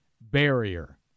barrier